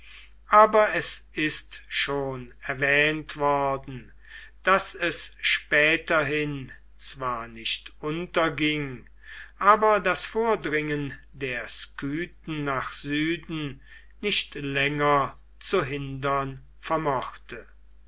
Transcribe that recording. aber es ist schon erwähnt worden daß es späterhin zwar nicht unterging aber das vordringen der skythen nach süden nicht länger zu hindern vermochte